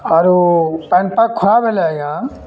ଆରୁ ପାଏନ୍ପାଗ୍ ଖରାପ୍ ହେଲେ ଆଜ୍ଞା